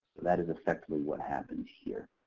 that is effectively what happens here.